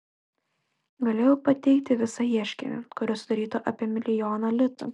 galėjau pateikti visą ieškinį kuris sudarytų apie milijoną litų